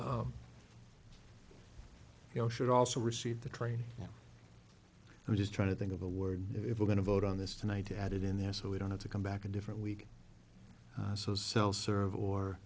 you know should also receive the training i'm just trying to think of a word if we're going to vote on this tonight at it in there so we don't have to come back a different week so self serve or